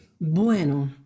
Bueno